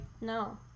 No